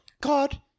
God